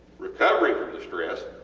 recovery from the stress,